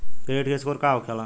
Credit score का होला?